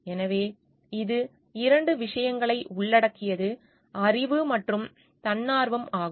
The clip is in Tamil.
எனவே இது இரண்டு விஷயங்களை உள்ளடக்கியது அறிவு மற்றும் தன்னார்வம் ஆகும்